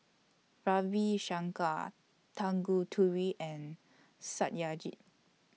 Ravi Shankar Tanguturi and Satyajit